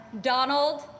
Donald